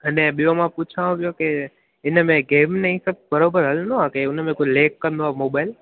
अने ॿियो मां पुछां ॿियो के हिनमें गेम ने इहा सभु बराबरि हलंदो आहे की हुनमें को लेग कंदो आहे मोबाइल